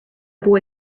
boy